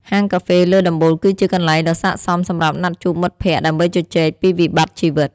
ហាងកាហ្វេលើដំបូលគឺជាកន្លែងដ៏ស័ក្តិសមសម្រាប់ណាត់ជួបមិត្តភក្តិដើម្បីជជែកពីវិបត្តិជីវិត។